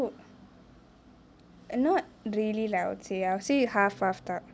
oh not really lah I would say I would say half half lah